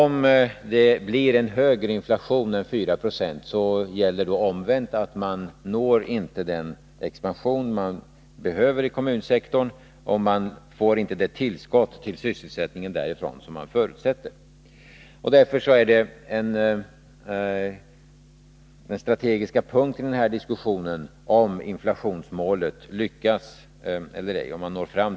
Men om inflationen blir högre än 4 96, gäller omvänt att man inte uppnår den expansion som man behöver i kommunsektorn och att man inte får det tillskott till sysselsättningen därifrån som man förutsätter. Den strategiska punkten i den här diskussionen är därför om man når fram till inflationsmålet eller ej.